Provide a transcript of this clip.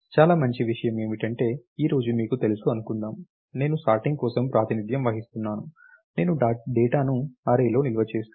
చాలా మంచి విషయం ఏమిటంటే ఈరోజు మీకు తెలుసు అనుకుందాం నేను సార్టింగ్ కోసం ప్రాతినిధ్యం వహిస్తున్నాను నేను డేటాను అర్రేలో నిల్వ చేస్తాను